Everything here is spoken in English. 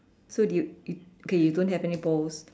so do you do okay you don't have any balls